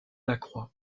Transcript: lacroix